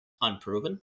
unproven